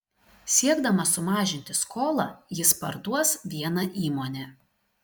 siekdamas sumažinti skolą jis parduos vieną įmonę